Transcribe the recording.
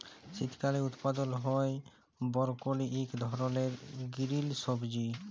শীতকালে উৎপাদল হ্যয় বরকলি ইক ধরলের গিরিল সবজি